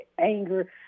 anger